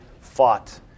Fought